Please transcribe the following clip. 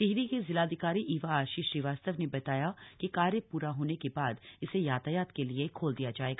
टिहरी की जिलाधिकारी ईवा आशीष श्रीवास्तव ने बताया कि कार्य प्रा होने के बाद इसे यातायात के लिए खोल दिया जाएगा